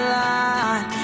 line